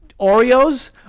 Oreos